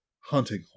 hunting